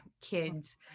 kids